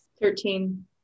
Thirteen